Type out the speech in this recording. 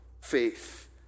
faith